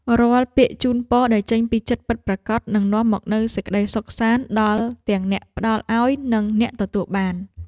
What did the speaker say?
រាល់ពាក្យជូនពរដែលចេញពីចិត្តពិតប្រាកដនឹងនាំមកនូវសេចក្តីសុខសាន្តដល់ទាំងអ្នកផ្ដល់ឱ្យនិងអ្នកទទួលបានវា។